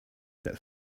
that